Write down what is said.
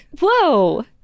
whoa